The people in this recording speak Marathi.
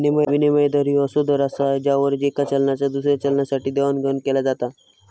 विनिमय दर ह्यो असो दर असा ज्यावर येका चलनाचा दुसऱ्या चलनासाठी देवाणघेवाण केला जाता